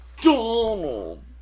Donald